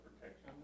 protection